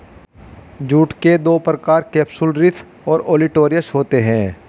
jute के दो प्रकार केपसुलरिस और ओलिटोरियस होते हैं